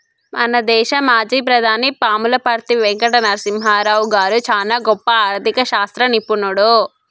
మన దేశ మాజీ ప్రధాని పాములపర్తి వెంకట నరసింహారావు గారు చానా గొప్ప ఆర్ధిక శాస్త్ర నిపుణుడు